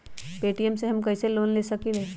Paytm से हम कईसे लोन ले सकीले?